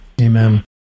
Amen